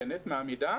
מלגות,